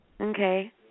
Okay